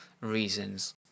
reasons